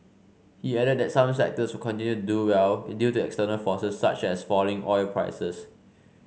he added that some sectors will continue do well it due to external forces such as falling oil prices